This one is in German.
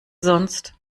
sonst